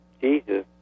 Jesus